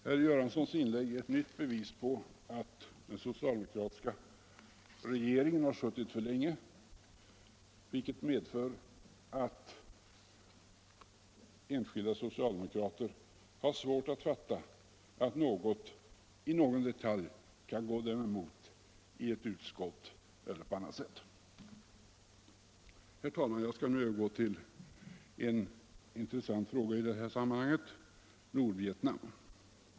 Herr Göranssons inlägg är ett nytt bevis på att den socialdemokratiska regeringen har suttit för länge, vilket medför att enskilda socialdemokrater har svårt att fatta att något i någon detalj kan gå dem emot i ett utskott eller på annat sätt. Herr talman! Jag skall nu övergå till en intressant fråga i det här sammanhanget, nämligen Nordvietnam.